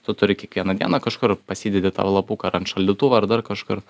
tu turi kiekvieną dieną kažkur pasidedi tą lapuką ar ant šaldytuvo ar dar kažkur